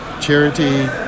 Charity